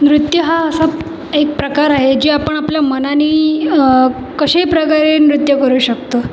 नृत्य हा असा एक प्रकार आहे जे आपण आपल्या मनानी कशाही प्रकारे नृत्य करू शकतो